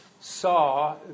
saw